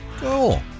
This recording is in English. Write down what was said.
Cool